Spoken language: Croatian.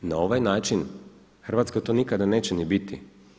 Na ovaj način Hrvatska to nikada neće ni biti.